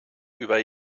über